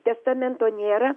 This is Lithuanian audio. testamento nėra